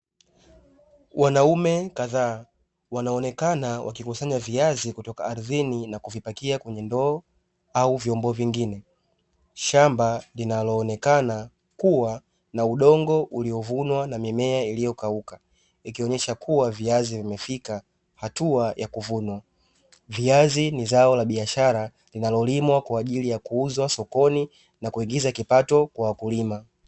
Wanaume kadhaa, wanaonekana wakikusanya viazi kutoka ardhini na kuvipakia kwenye ndoo au vyombo vingine. Shamba linaloonekana kuwa na udongo uliovunwa na mimea iliyokauka, ikionyesha kuwa viazi vimefika hatua ya kuvunwa. Viazi ni zao la biashara linalolimwa kwa ajili ya kuuzwa sokoni na kuingiza kipato kwa wakulima.